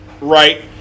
right